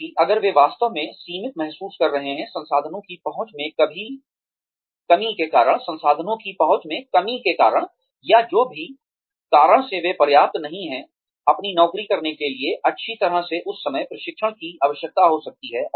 जबकि अगर वे वास्तव में सीमित महसूस कर रहे हैं संसाधनों की पहुंच में कमी के कारण या जो भी कारण से वे पर्याप्त नहीं जानते हैं अपनी नौकरी करने के लिए अच्छी तरह से उस समय प्रशिक्षण की आवश्यकता हो सकती है